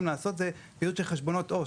לעשות היא פעילות של חשבונות עו"ש.